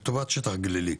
לטובת שטח גלילי,